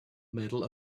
medal